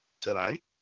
tonight